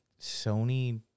Sony